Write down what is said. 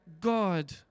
God